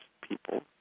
people